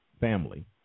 family